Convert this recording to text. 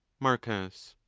marcus.